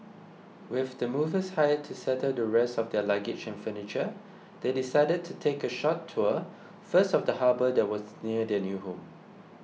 with the movers hired to settle the rest of their luggage and furniture they decided to take a short tour first of the harbour that was near their new home